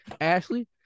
Ashley